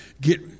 get